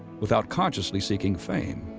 without consciously seeking fame,